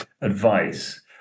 advice